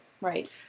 Right